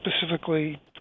specifically